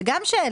זו גם שאלה.